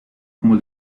como